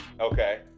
okay